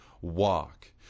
walk